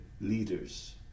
leaders